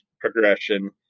progression